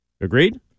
Agreed